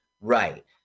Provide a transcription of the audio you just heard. Right